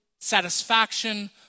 satisfaction